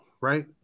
right